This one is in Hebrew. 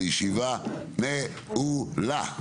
הישיבה נעולה.